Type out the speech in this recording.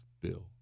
bill